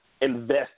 invest